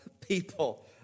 people